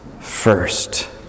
first